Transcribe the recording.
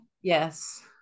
yes